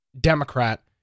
Democrat